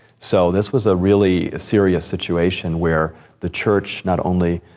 so this was a really serious situation where the church not only,